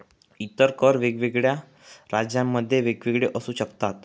इतर कर वेगवेगळ्या राज्यांमध्ये वेगवेगळे असू शकतात